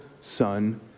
Son